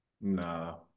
Nah